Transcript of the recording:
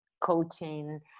coaching